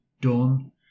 done